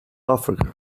africa